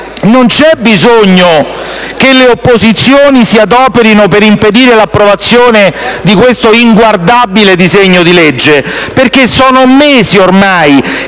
non c'è bisogno che le opposizioni si adoperino per impedire l'approvazione di questo inguardabile disegno di legge, perché sono mesi ormai